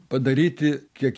padaryti kiek